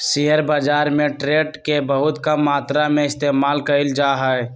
share बाजार में trust के बहुत कम मात्रा में इस्तेमाल कइल जा हई